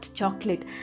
chocolate